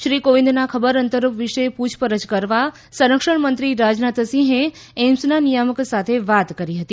શ્રી કોવિંદના ખબર અંતર વિશે પૂછપરછ કરવા સંરક્ષણમંત્રી રાજનાથસિંહે એઈમ્સના નિયામક સાથે વાત કરી હતી